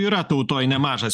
yra tautoj nemažas